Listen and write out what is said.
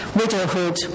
widowhood